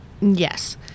Yes